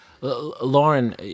Lauren